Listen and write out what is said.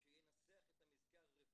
שינסח את המזכר הרפואי.